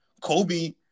Kobe